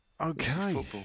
Okay